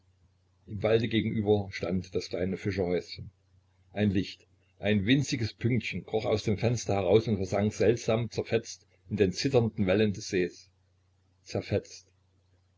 im walde gegenüber stand das kleine fischerhäuschen ein licht ein winziges pünktchen kroch aus dem fenster heraus und versank seltsam zerfetzt in den zitternden wellen des sees zerfetzt